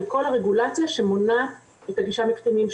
כל הרגולציה שמונעת את הגישה מקטינים,